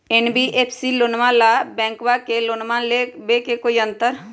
NBFC से लोनमा आर बैंकबा से लोनमा ले बे में कोइ अंतर?